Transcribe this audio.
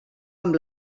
amb